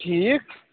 ٹھیٖک